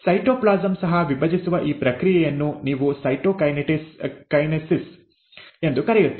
cytoplasm ಸಹ ವಿಭಜಿಸುವ ಈ ಪ್ರಕ್ರಿಯೆಯನ್ನು ನೀವು ಸೈಟೊಕೈನೆಸಿಸ್ ಎಂದು ಕರೆಯುತ್ತೀರಿ